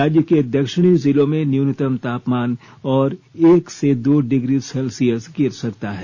राज्य के दक्षिणी जिलों में न्यूनतम तापमान और एक से दो डिग्री सेल्शियस गिर सकता है